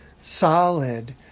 solid